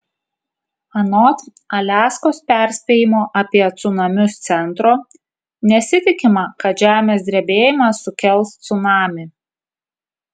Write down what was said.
anot aliaskos perspėjimo apie cunamius centro nesitikima kad žemės drebėjimas sukels cunamį